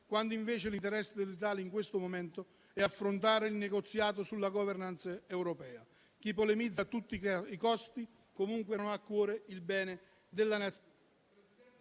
quando invece l'interesse dell'Italia in questo momento è affrontare il negoziato sulla *governance* europea. Chi polemizza a tutti i costi comunque non ha a cuore il bene della Nazione...